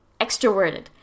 extroverted